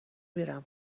میرم